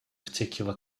particular